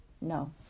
No